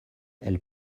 elle